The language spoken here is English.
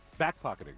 Backpocketing